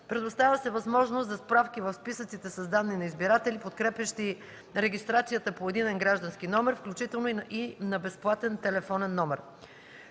предоставя се възможност за справки в списъците с данни на избиратели, подкрепящи регистрацията по единен граждански номер, включително и на безплатен телефонен номер.